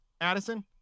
Addison